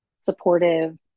supportive